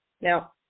Now